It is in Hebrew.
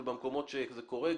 ובמקומות שבהם זה קורה,